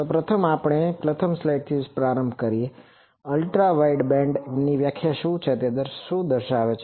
તો પ્રથમ આપણે પ્રથમ સ્લાઇડથી પ્રારંભ કરીએ છીએ કે અલ્ટ્રા વાઇડબેન્ડની વ્યાખ્યા શું છે તે દર્શાવે છે